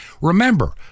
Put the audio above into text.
Remember